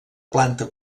planta